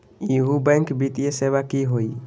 इहु बैंक वित्तीय सेवा की होई?